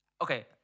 okay